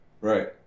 Right